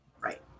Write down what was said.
Right